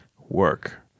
work